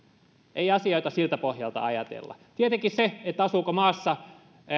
ei asioita siltä pohjalta ajatella tietenkin se asuuko maassa